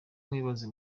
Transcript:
mwibaze